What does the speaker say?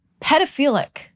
pedophilic